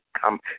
come